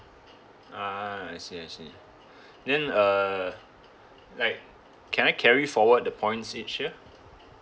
ah I see I see then uh like can I carry forward the points each year